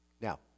Now